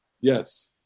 yes